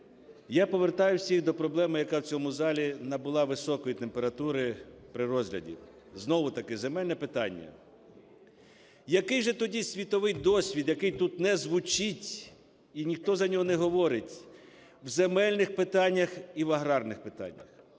Я повертаю всіх до проблеми, яка в цьому залі набула високої температури при розгляді: знову-таки земельне питання. Який же тоді світовий досвід, який тут не звучить, і ніхто за нього не говорить, в земельних питаннях і в аграрних питаннях?